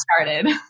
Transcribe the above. started